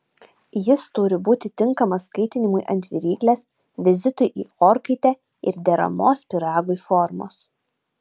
jis turi būti tinkamas kaitinimui ant viryklės vizitui į orkaitę ir deramos pyragui formos